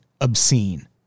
obscene